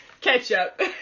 Ketchup